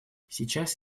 сейчас